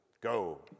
go